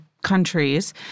countries